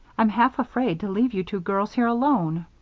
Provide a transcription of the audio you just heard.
i'm half afraid to leave you two girls here alone.